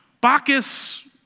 Bacchus